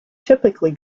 typically